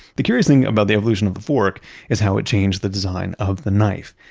the curious thing about the evolution of the fork is how it changed the design of the knife.